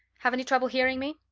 have any trouble hearing me?